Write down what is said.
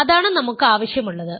അതാണ് നമുക്ക് ആവശ്യമുള്ളത്